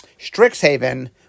Strixhaven